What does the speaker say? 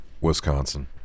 Wisconsin